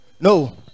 no